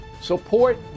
support